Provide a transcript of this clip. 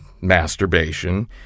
masturbation